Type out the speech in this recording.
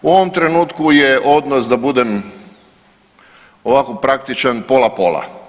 U ovom trenutku je odnos da budem ovako praktičan pola pola.